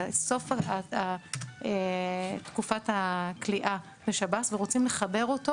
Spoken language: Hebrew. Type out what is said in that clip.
את סוף תקופת הכליאה בשב"ס ורוצים לחבר אותו